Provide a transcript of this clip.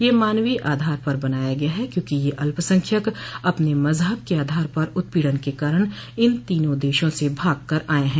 यह मानवीय आधार पर बनाया गया है क्योंकि ये अल्पसंख्यक अपने मज़हब के आधार पर उत्पीड़न के कारण इन तीन देशों से भाग कर आये हैं